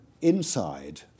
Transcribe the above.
inside